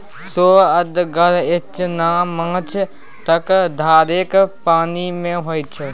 सोअदगर इचना माछ त धारेक पानिमे होए छै